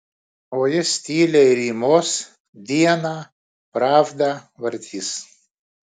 o jis tyliai rymos dieną pravdą vartys